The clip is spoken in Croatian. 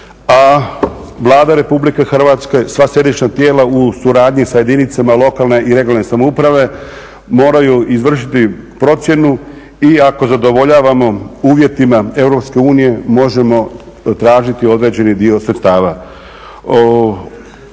a Vlada RH sva središnja tijela u suradnji sa jedinice lokalne i regionalne samouprave moraju izvršiti procjenu i ako zadovoljavamo uvjetima EU možemo tražiti određeni dio sredstava.